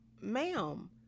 ma'am